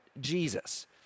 Jesus